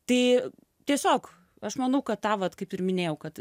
tai tiesiog aš manau kad tą vat kaip ir minėjau kad